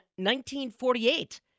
1948